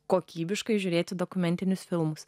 kokybiškai žiūrėti dokumentinius filmus